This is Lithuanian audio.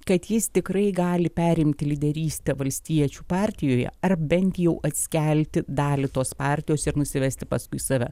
kad jis tikrai gali perimti lyderystę valstiečių partijoje ar bent jau atskelti dalį tos partijos ir nusivesti paskui save